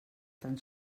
tan